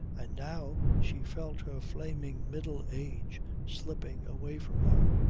and now she felt her flaming middle-age slipping away from her.